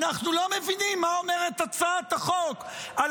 אנחנו לא מבינים מה אומרת הצעת החוק על